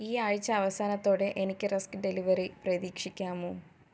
ഈ ആഴ്ച്ച അവസാനത്തോടെ എനിക്ക് റസ്ക് ഡെലിവറി പ്രതീക്ഷിക്കാമോ